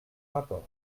rapport